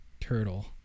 turtle